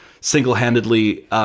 single-handedly